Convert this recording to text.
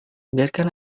biarkan